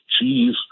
cheese